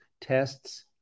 tests